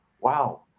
wow